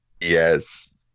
Yes